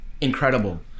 incredible